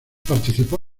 participó